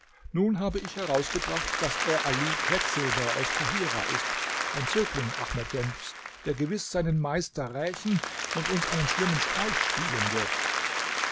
nun habe ich herausgebracht daß er ali quecksilber aus kahirah ist ein zögling ahmed denfs der gewiß seinen meister rächen und uns einen schlimmen streich spielen wird